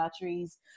batteries